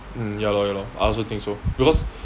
mm ya lor ya lor I also think so because